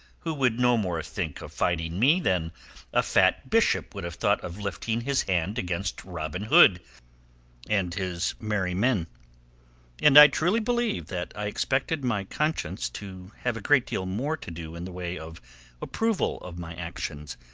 who would no more think of fighting me, than a fat bishop would have thought of lifting his hand against robin hood and his merry men and i truly believe that i expected my conscience to have a great deal more to do in the way of approval of my actions,